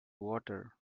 water